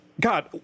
God